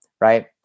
right